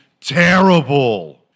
terrible